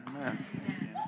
Amen